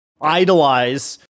idolize